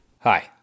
Hi